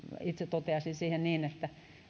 itse toteaisin siihen että